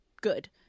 good